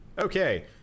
Okay